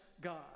God